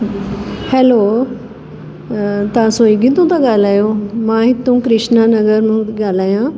hello तव्हां स्वीगी तां था ॻाल्हायो मां हितां कृष्णानगर मां पई ॻाल्हायां